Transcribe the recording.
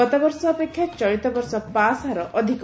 ଗତବର୍ଷ ଅପେକ୍ଷା ଚଳିତବର୍ଷ ପାସ୍ ହାର ଅଧିକ